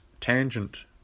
tangent